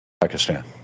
Pakistan